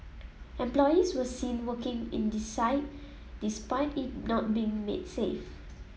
employees were seen working in the site despite it not being made safe